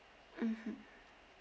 mmhmm